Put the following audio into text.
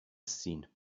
ziehen